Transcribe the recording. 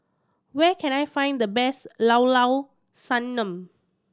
where can I find the best Llao Llao Sanum